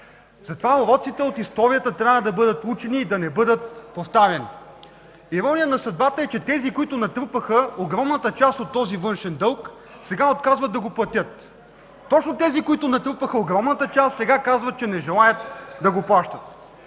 Затова уроците от историята трябва да бъдат учени и да не бъдат повтаряни. История на съдбата е, че тези, които натрупаха огромната част от този външен дълг, сега отказват да го платят. Точно тези, които натрупаха огромната част, сега казват, че не желаят да го плащат.